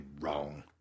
wrong